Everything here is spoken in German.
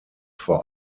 vor